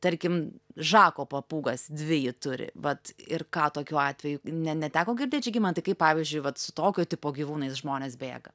tarkim žako papūgas dvi ji turi vat ir ką tokiu atveju ne neteko girdėt žygimantai kaip pavyzdžiui vat su tokio tipo gyvūnais žmonės bėga